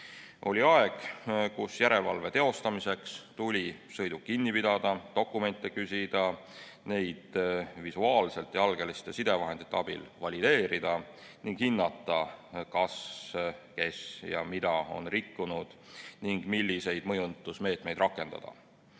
Oli aeg, kui järelevalve teostamiseks tuli sõiduk kinni pidada, juhilt dokumente küsida, neid visuaalselt ja algeliste sidevahendite abil valideerida ning hinnata, kas, kes ja mida on rikkunud ning milliseid mõjutusmeetmeid rakendada.